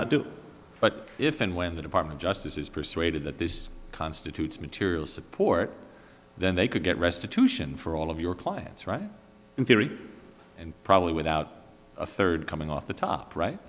not do but if and when the department justice is persuaded that this constitutes material support then they could get restitution for all of your clients right in theory and probably without a third coming off the top right